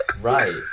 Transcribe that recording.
Right